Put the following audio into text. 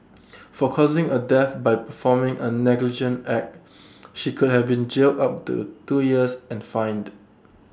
for causing A death by performing A negligent act she could have been jailed up to two years and fined